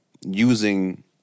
using